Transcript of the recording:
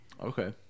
Okay